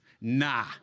Nah